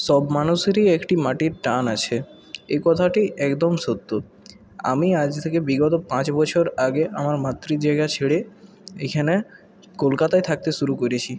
সব মানুষেরই একটি মাটির টান আছে এ কথাটি একদম সত্য আমি আজ থেকে বিগত পাঁচ বছর আগে আমার মাতৃ জায়গা ছেড়ে এখানে কলকাতায় থাকতে শুরু করেছি